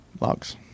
Logs